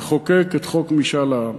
לחוקק את חוק משאל העם.